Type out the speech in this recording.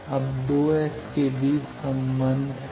अब 2 S के बीच क्या संबंध है